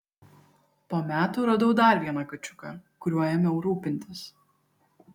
po metų radau dar vieną kačiuką kuriuo ėmiau rūpintis